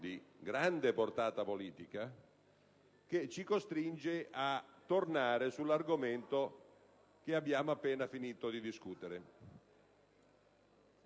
di grande portata politica, che ci costringe a tornare sull'argomento che abbiamo appena finito di discutere.